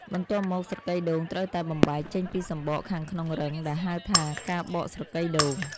បន្ទាប់មក ស្រកីដូងត្រូវតែបំបែកចេញពីសំបកខាងក្នុងរឹង ដែលហៅថា ការបកស្រកីដូង។